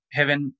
Heaven